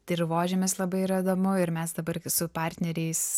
dirvožemis labai yra įdomu ir mes dabar su partneriais